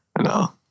No